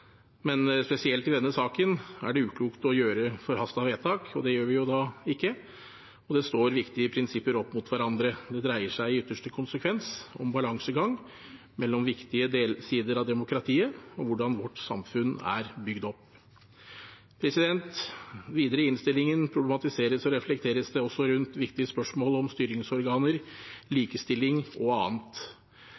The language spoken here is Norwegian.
men spesielt i denne saken er det uklokt å gjøre forhastede vedtak – og det gjør vi jo ikke. Det står viktige prinsipper opp mot hverandre. Det dreier seg i ytterste konsekvens om en balansegang mellom viktige sider ved demokratiet og hvordan vårt samfunn er bygd opp. Videre i innstillingen problematiseres og reflekteres det også rundt viktige spørsmål om styringsorganer,